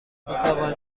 توانی